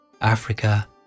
Africa